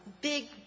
Big